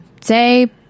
say